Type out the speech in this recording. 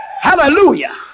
Hallelujah